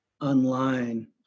online